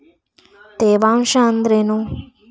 ತೇವಾಂಶ ಅಂದ್ರೇನು?